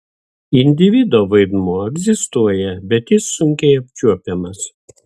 individo vaidmuo egzistuoja bet jis sunkiai apčiuopiamas